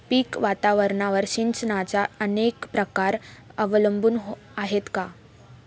पीक वातावरणावर सिंचनाचे अनेक प्रकार अवलंबून आहेत का?